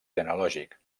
genealògic